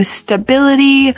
stability